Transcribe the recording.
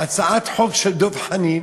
הצעת חוק של דב חנין,